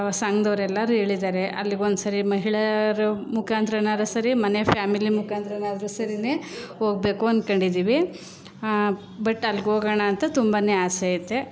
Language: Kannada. ಸಂಘದವ್ರೆಲ್ಲರೂ ಹೇಳಿದ್ದಾರೆ ಅಲ್ಲಿಗೆ ಒಂದ್ಸರಿ ಮಹಿಳೆಯರ ಮುಖಾಂತ್ರನಾದ್ರು ಸರಿ ಮನೆ ಫ್ಯಾಮಿಲಿ ಮುಖಾಂತರನಾದ್ರು ಸರಿಯೇ ಹೋಗ್ಬೇಕು ಅಂದ್ಕೊಂಡಿದ್ದೀವಿ ಬಟ್ ಅಲ್ಗೆ ಹೋಗೋಣ ಅಂತ ತುಂಬನೇ ಆಸೆ ಐತೆ